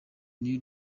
new